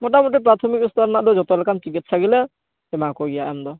ᱢᱚᱴᱟ ᱢᱩᱴᱤ ᱯᱨᱟᱛᱷᱚᱢᱤᱠ ᱥᱛᱚᱨ ᱨᱮᱱᱟᱜ ᱫᱚ ᱡᱷᱚᱛᱚ ᱞᱮᱠᱟᱱ ᱪᱤᱠᱤᱛᱥᱟ ᱜᱮᱞᱮ ᱮᱢᱟᱠᱚ ᱜᱮᱭᱟ ᱮᱢ ᱫᱚ